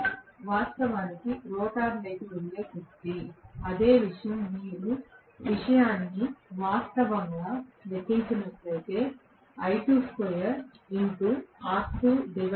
ఇది వాస్తవానికి రోటర్లోకి వెళ్లే శక్తి అదే విషయం మీరు మొత్తం విషయాన్ని వాస్తవంగా లెక్కించినట్లయితే బయటకు వస్తుంది